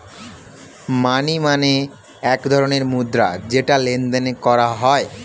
মানি মানে এক ধরণের মুদ্রা যেটা লেনদেন করা হয়